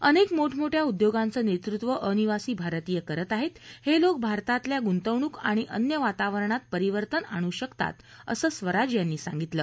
अनेक मोठमोठ्या उद्योगांवं नेतृत्व अनिवासी भारतीय करत आहेत हे लोक भारतातल्या गुंतवणुक आणि अन्य वातावरणात परिवर्तन आणू शकतात असं स्वराज यांनी यावेळी सांगितलं